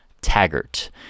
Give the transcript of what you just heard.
Taggart